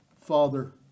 Father